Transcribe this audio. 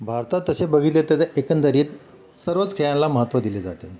भारतात तसे बघितले तर ते एकंदरीत सर्वच खेळाला महत्त्व दिले जाते